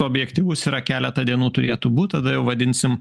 objektyvus yra keletą dienų turėtų būt tada jau vadinsim